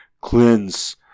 cleanse